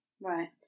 Right